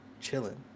chilling